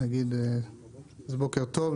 בוקר טוב.